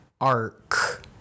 arc